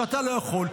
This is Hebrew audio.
שאתה לא יכול,